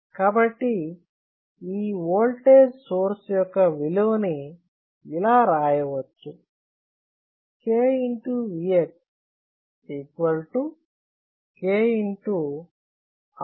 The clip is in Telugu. కాబట్టి ఈ ఓల్టేజ్ సోర్స్ యొక్క విలువ ని ఇలా రాయవచ్చు K